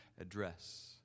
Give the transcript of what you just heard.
address